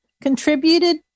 contributed